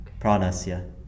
Pranasya